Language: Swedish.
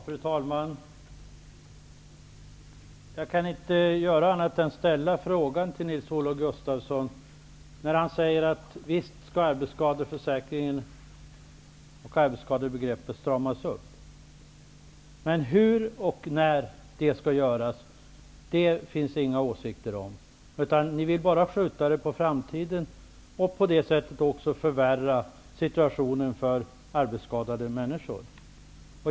Fru talman! Jag kan inte göra annat än att ställa mig frågande till Nils-Olof Gustafsson. Han säger att arbetsskadebegreppet borde stramas upp, visst, men han har inga åsikter om hur och när det skall göras. Ni vill bara skjuta saken på framtiden. På det sättet förvärrar man situationen för arbetsskadade människor.